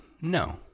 No